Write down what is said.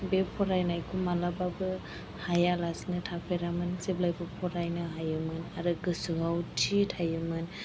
बे फरायनायखौ माब्लाबाबो हायालासिनो थाफेरामोन जेब्लायबो फरायनो हायोमोन आरो गोसोआव थि थायोमोन